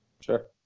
Sure